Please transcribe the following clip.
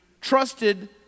trusted